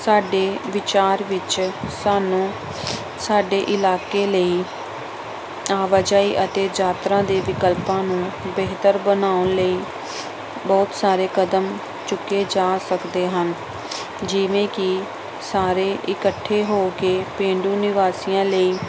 ਸਾਡੇ ਵਿਚਾਰ ਵਿੱਚ ਸਾਨੂੰ ਸਾਡੇ ਇਲਾਕੇ ਲਈ ਆਵਾਜਾਈ ਅਤੇ ਯਾਤਰਾ ਦੇ ਵਿਕਲਪਾਂ ਨੂੰ ਬਿਹਤਰ ਬਣਾਉਣ ਲਈ ਬਹੁਤ ਸਾਰੇ ਕਦਮ ਚੁੱਕੇ ਜਾ ਸਕਦੇ ਹਨ ਜਿਵੇਂ ਕਿ ਸਾਰੇ ਇਕੱਠੇ ਹੋ ਕੇ ਪੇਂਡੂ ਨਿਵਾਸੀਆਂ ਲਈ